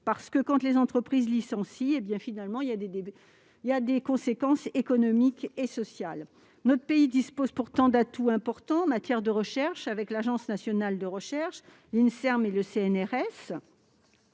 : quand les entreprises licencient, cela a des conséquences économiques et sociales. Notre pays dispose pourtant d'atouts importants en matière de recherche avec l'Agence nationale de la recherche, l'Institut national